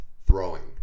throwing